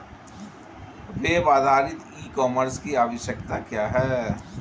Web आधारित e commerce की आवश्यकता क्या है?